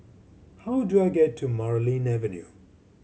how do I get to Marlene Avenue